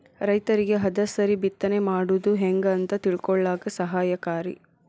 ರೈತರಿಗೆ ಹದಸರಿ ಬಿತ್ತನೆ ಮಾಡುದು ಹೆಂಗ ಅಂತ ತಿಳಕೊಳ್ಳಾಕ ಸಹಾಯಕಾರಿ